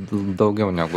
daugiau negu